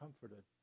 comforted